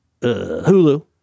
Hulu